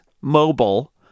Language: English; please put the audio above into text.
Mobile